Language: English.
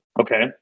Okay